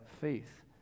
faith